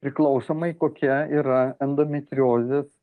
priklausomai kokia yra endometriozės